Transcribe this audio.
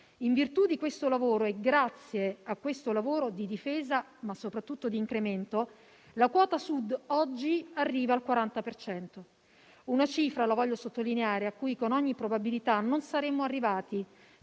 In virtù di questo lavoro e grazie al lavoro di difesa, ma soprattutto di incremento, la quota Sud oggi arriva al 40 per cento, una cifra - lo voglio sottolineare - a cui con ogni probabilità non saremmo arrivati